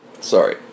sorry